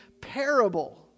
parable